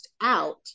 out